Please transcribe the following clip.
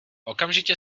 okamžitě